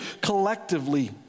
collectively